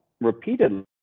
repeatedly